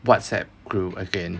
whatsapp group again